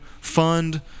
fund